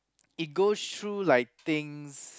it goes through like things